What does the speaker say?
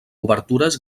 obertures